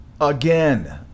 again